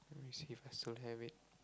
let me see if I still have it